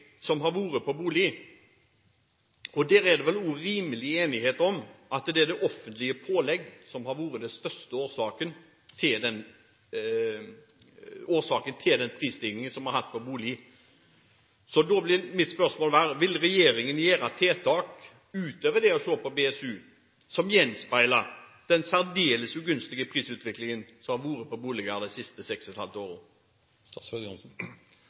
alle fall vært en ubetinget begeistring for. Når en ser på prisstigningen på boliger, er det vel enighet om at det er offentlige pålegg som har vært den viktigste årsaken her. Da blir mitt spørsmål: Vil regjeringen komme med tiltak, utover det å se på BSU, som gjenspeiler den særdeles ugunstige prisutviklingen som har vært på boliger de siste seks og et halvt